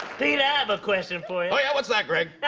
pete, i have a question for you. oh, yeah? what's that, greg?